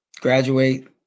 graduate